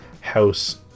house